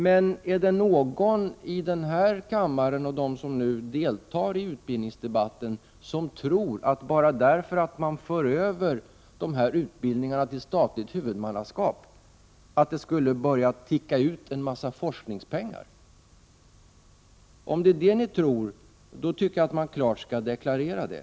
Men är det någon i denna kammare eller någon som nu deltar i utbildningsdebatten som tror att det skulle börja ticka ut en massa forskningspengar bara därför att dessa utbildningar förs över till statligt huvudmannaskap? Om ni tror det tycker jag att ni klart skall deklarera det.